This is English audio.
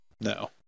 No